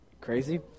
Crazy